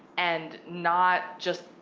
and not just,